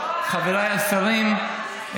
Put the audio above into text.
חבריי השרים,